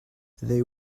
they